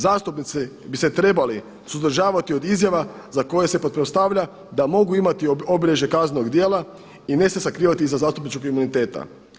Zastupnici bi se trebali suzdržavati od izjava za koje se pretpostavlja da mogu imati obilježje kaznenog djela i ne se sakrivati iza zastupničkog imuniteta.